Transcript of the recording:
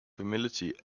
humility